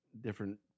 different